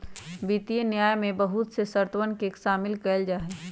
वित्तीय न्याय में बहुत से शर्तवन के शामिल कइल जाहई